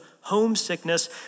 homesickness